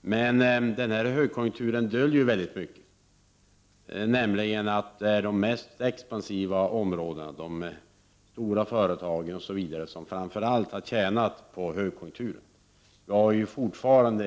Men denna högkonjunktur döljer mycket. Det är de mest expansiva områdena och de stora företagen som framför allt har tjänat på högkonjunkturen. Vi har ju fortfarande